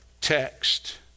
text